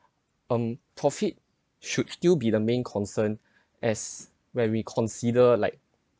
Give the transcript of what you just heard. um profit should still be the main concern as when we consider like